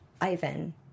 Ivan